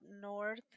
north